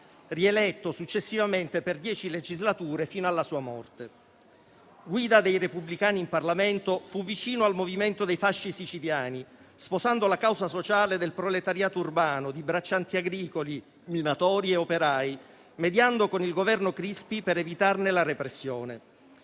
rieletto successivamente per dieci legislature, fino alla sua morte. Guida dei repubblicani in Parlamento, fu vicino al movimento dei Fasci dei lavoratori siciliani, sposando la causa sociale del proletariato urbano, di braccianti agricoli, minatori e operai, mediando con il Governo Crispi per evitarne la repressione.